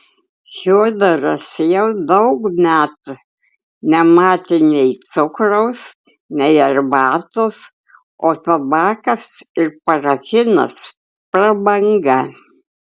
fiodoras jau daug metų nematė nei cukraus nei arbatos o tabakas ir parafinas prabanga